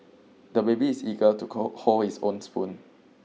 the baby is eager to cold hold his own spoon